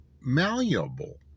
malleable